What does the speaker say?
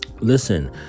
Listen